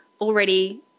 already